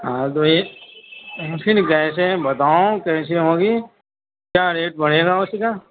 ہاں تو یہ پھر گئے تھے بتاؤ کیسے ہوگی کیا ریٹ پڑے گا اس کا